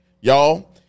y'all